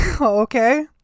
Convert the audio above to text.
Okay